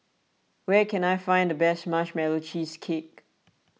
where can I find the best Marshmallow Cheesecake